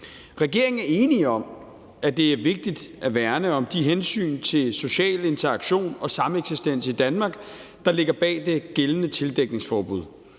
Regeringen er enig i, at det er vigtigt at værne om de hensyn til social interaktion og sameksistens i Danmark, der ligger bag det gældende tildækningsforbud.